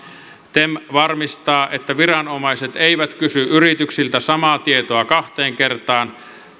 tem varmistaa että viranomaiset eivät kysy yrityksiltä samaa tietoa kahteen kertaan